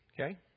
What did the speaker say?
Okay